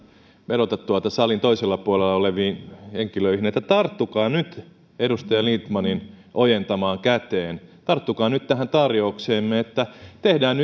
vedota salin toisella puolella oleviin henkilöihin että tarttukaa nyt edustaja lindtmanin ojentamaan käteen tarttukaa nyt tähän tarjoukseemme että tehdään